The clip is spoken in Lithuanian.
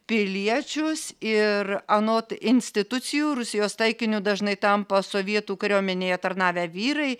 piliečius ir anot institucijų rusijos taikiniu dažnai tampa sovietų kariuomenėje tarnavę vyrai